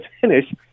finish